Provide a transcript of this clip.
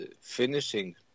finishing